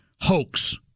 hoax